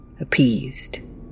appeased